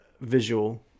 visual